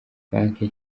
banki